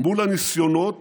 מול הניסיונות